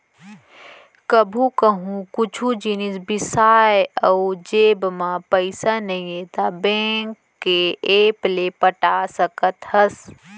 कभू कहूँ कुछु जिनिस बिसाए अउ जेब म पइसा नइये त बेंक के ऐप ले पटा सकत हस